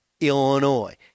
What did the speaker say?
Illinois